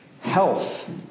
health